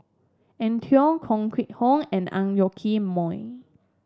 Eng Tow Koh Nguang How and Ang Yoke Mooi